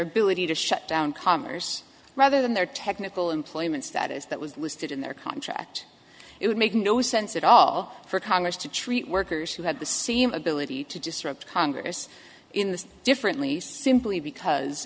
ability to shut down commerce rather than their technical employments that is that was listed in their contract it would make no sense at all for congress to treat workers who had the same ability to disrupt congress in this differently simply because